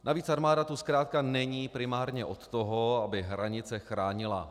Navíc armáda tu zkrátka není primárně od toho, aby hranice chránila.